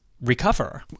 recover